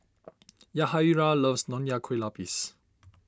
Yahaira loves Nonya Kueh Lapis